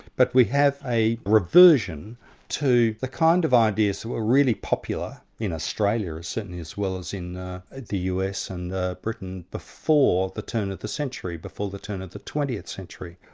but we have a reversion to the kind of ideas that were really popular in australia, certainly as well as in the the us and britain, before the turn of the century, before the turn of the twentieth century,